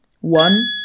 One